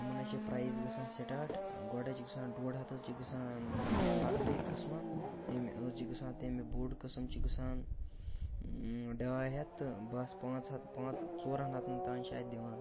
یِمَن حظ چھِ پرٛایز گژھان سِٹاٹ گۄڈٕ حظ چھِ گژھان ڈۄڈ ہَتھ حظ چھِ گژھان مان ژٕ لۄکٹٕے قٕسمہٕ تَمہِ حظ چھِ گژھان تَمہِ بوٚڈ قٕسم چھِ گژھان ڈاے ہَتھ تہٕ بَس پانٛژھ ہَتھ پانٛژ ژورَن ہَتَن تام چھِ اَتہِ دِوان